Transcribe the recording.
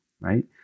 Right